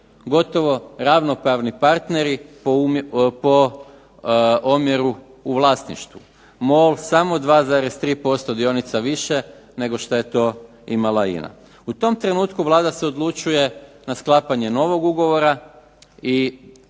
gotovo ravnopravni partneri po omjeru u vlasništvu. MOL samo 2,3% dionica više nego što je to imala INA. U tom trenutku Vlada se odlučuje na sklapanje novog ugovora i